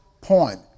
point